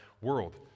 world